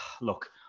Look